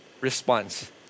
response